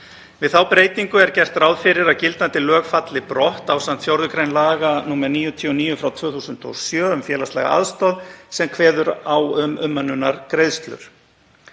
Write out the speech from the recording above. Við þá breytingu er gert ráð fyrir að gildandi lög falli brott ásamt 4. gr. laga nr. 99/2007, um félagslega aðstoð, sem kveður á um umönnunargreiðslur.